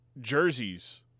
jerseys